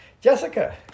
Jessica